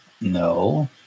no